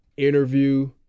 Interview